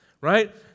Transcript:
Right